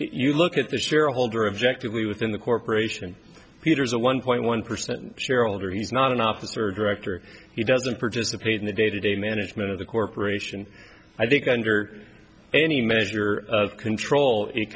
you look at the shareholder objective we within the corporation peter's a one point one percent shareholder he's not an officer a director he doesn't participate in the day to day management of the corporation i think under any measure of control